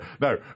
No